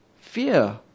fear